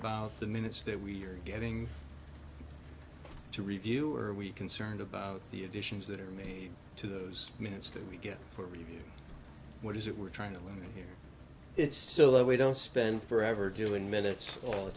about the minutes that we're getting to review are we concerned about the additions that are made to those minutes that we get for review what is it we're trying to limit here it's so that we don't spend forever doing minutes all the